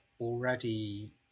already